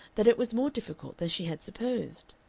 that it was more difficult than she had supposed.